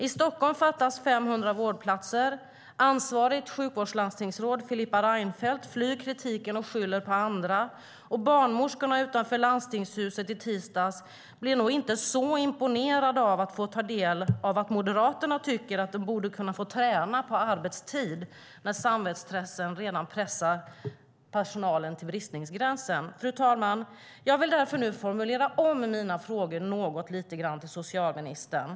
I Stockholm fattas 500 vårdplatser. Ansvarigt sjukvårdslandstingsråd Filippa Reinfeldt flyr kritiken och skyller på andra. Barnmorskorna utanför landstingshuset i tisdags blev nog inte så imponerade av att få del av att Moderaterna tycker att de borde kunna få träna på arbetstid när samhällsstressen redan pressar personalen till bristningsgränsen. Fru talman! Jag vill därför nu lite grann formulera om mina frågor till socialministern.